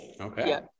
Okay